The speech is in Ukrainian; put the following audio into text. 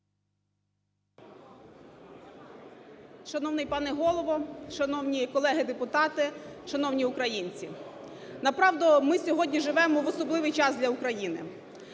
Шановний пане Голово! Шановні колеги депутати! Шановні українці! Направду, ми сьогодні живемо в особливий час для України.